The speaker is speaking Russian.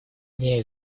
мне